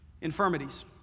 infirmities